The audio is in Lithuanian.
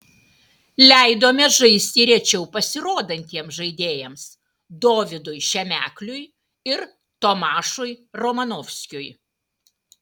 leidome žaisti rečiau pasirodantiems žaidėjams dovydui šemekliui ir tomašui romanovskiui